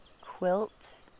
quilt